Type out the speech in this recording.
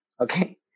Okay